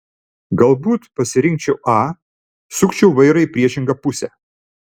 galbūt pasirinkčiau a sukčiau vairą į priešingą pusę